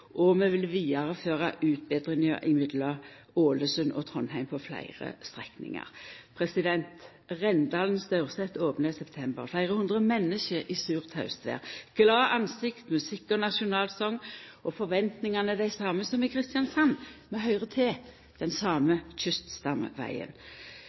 og vi vil vidareføra utbetringa mellom Ålesund og Trondheim på fleire strekningar. Renndalen–Staurset opna i september. Der var det fleire hundre menneske i surt haustver. Glade ansikt, musikk og nasjonalsong, og dei same forventingane som i Kristiansand: Vi høyrer til den